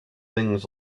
things